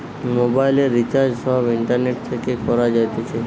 মোবাইলের রিচার্জ সব ইন্টারনেট থেকে করা যাইতেছে